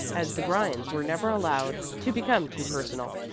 as the grinds were never allowed to become too personal,